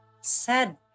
sad